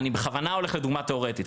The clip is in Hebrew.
אני בכוונה הולך לדוגמה תיאורטית,